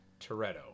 Toretto